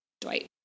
Dwight